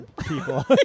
people